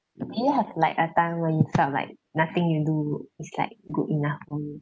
do you have like a time when you felt like nothing you do is like good enough for me